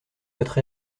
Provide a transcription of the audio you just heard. votre